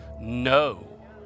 no